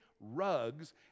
rugs